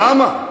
למה,